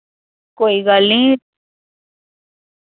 कोई गल्ल निं